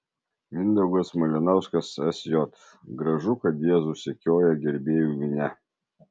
mindaugas malinauskas sj gražu kad jėzų sekioja gerbėjų minia